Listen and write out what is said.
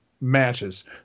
matches